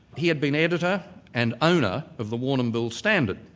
he had been editor and owner of the warrnambool standard.